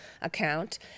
account